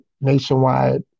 Nationwide